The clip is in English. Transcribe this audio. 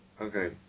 Okay